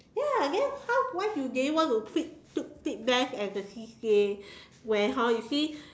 ya then how why do they want to take take take band as a C_C_A when hor you see